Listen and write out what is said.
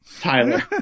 Tyler